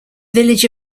village